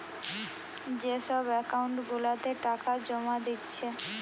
যে সব একাউন্ট গুলাতে টাকা জোমা দিচ্ছে